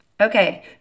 Okay